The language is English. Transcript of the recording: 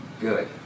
good